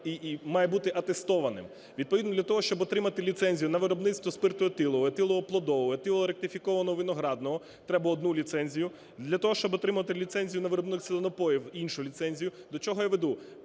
і має бути атестованим. Відповідно для того, щоб отримати ліцензію на виробництво спирту етилового, етилового плодового, етилового ратифікованого виноградного, треба одну ліцензію, для того, щоб отримати ліцензію на виробництво напоїв, іншу ліцензію. До чого я веду?